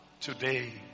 today